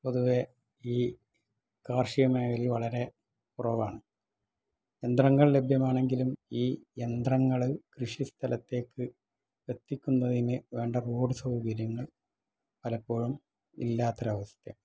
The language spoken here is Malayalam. പൊതുവേ ഈ കാർഷിക മേഖലയിൽ വളരെ കുറവാണ് യന്ത്രങ്ങൾ ലഭ്യമാണെങ്കിലും ഈ യന്ത്രങ്ങൾ കൃഷിസ്ഥലത്തേക്ക് എത്തിക്കുന്നതിന് വേണ്ട റോഡ് സൗകര്യങ്ങൾ പലപ്പോഴും ഇല്ലാത്ത ഒരവസ്ഥയാണ്